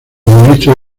ministros